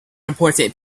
important